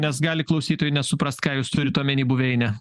nes gali klausytojai nesuprast ką jūs turite omeny buveinę